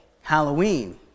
Halloween